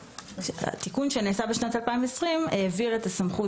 התיקון שנעשה בשנת 2020 העביר את הסמכות